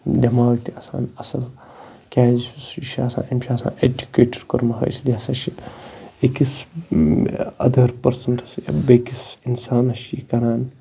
دٮ۪ماغ تہِ آسان اَصٕل کیٛازِ یُس یہِ چھُ آسان أمۍ چھُ آسان اٮ۪جُکیٹٕڈ کوٚرمُت حٲصِل یہِ ہَسا چھِ أکِس اَدَر پٔرسَنٹَس یعنی بیٚکِس اِنسانَس چھِ یہِ کران